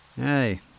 Hey